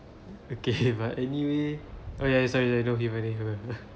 okay but anyway oh ya sorry sorry don't give any don't